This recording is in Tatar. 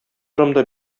урамда